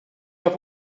auf